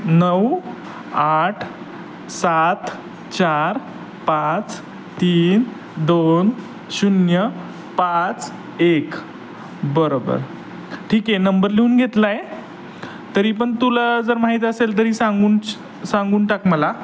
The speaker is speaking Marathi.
नऊ आठ सात चार पाच तीन दोन शून्य पाच एक बरोबर ठीक आहे नंबर लिहून घेतला आहे तरी पण तुला जर माहीत असेल तरी सांगून सांगून टाक मला